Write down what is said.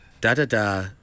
Da-da-da